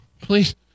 Please